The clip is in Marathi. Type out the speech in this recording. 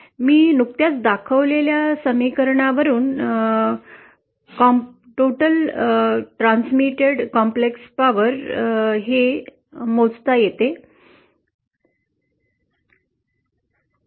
मी नुकत्याच दाखवलेल्या समीकरणांवरून प्रसारित झालेली गुंतागुंतीची शक्ती मोजता येते